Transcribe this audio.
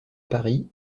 paris